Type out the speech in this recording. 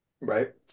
Right